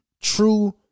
true